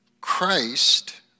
Christ